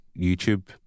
YouTube